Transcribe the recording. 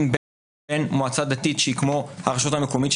בין מועצה דתית שהיא כמו הרשות המקומית,